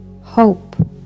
hope